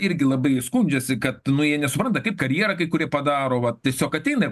irgi labai skundžiasi kad jie nesupranta kaip karjerą kai kurie vat tiesiog ateina ir